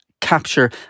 capture